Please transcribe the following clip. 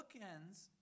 bookends